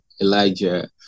Elijah